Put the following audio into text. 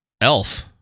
Elf